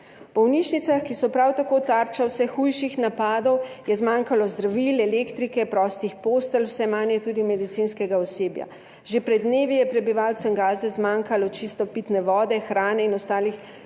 V bolnišnicah, ki so prav tako tarče vse hujših napadov, je zmanjkalo zdravil, elektrike, prostih postelj, vse manj je tudi medicinskega osebja. Že pred dnevi je prebivalcem Gaze zmanjkalo čiste pitne vode, hrane in ostalih